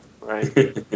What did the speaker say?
right